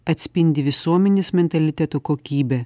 atspindi visuomenės mentaliteto kokybę